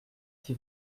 qui